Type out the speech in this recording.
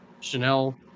Chanel